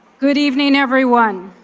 good evening everyone.